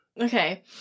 Okay